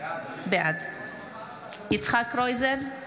בעד יצחק קרויזר,